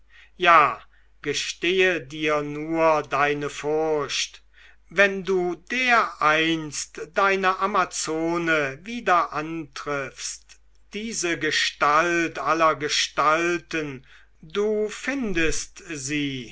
ja gestehe dir nur deine furcht wenn du dereinst deine amazone wieder antriffst diese gestalt aller gestalten du findest sie